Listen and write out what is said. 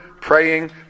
praying